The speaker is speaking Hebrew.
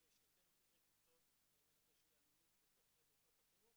שיש יותר מקרי קיצון של אלימות בתוך מוסדות החינוך.